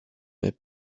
mais